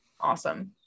Awesome